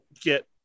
get